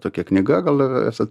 tokia knyga gal esat